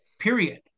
Period